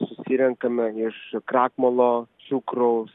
susirenkame iš krakmolo cukraus